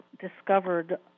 discovered